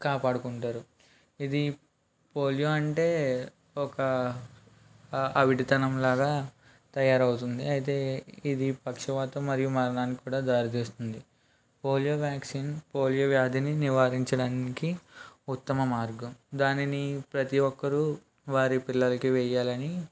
కాపాడుకుంటారు ఇది పోలియో అంటే ఒక అవిటితనంలాగా తయారు అవుతుంది అయితే ఇది పక్షవాతం మరియు మరణానికి కూడా దారి తీస్తుంది పోలియో వ్యాక్సిన్ పోలియో వ్యాధిని నివారించడానికి ఉత్తమ మార్గం దానిని ప్రతి ఒక్కరు వారి పిల్లలకి వేయాలని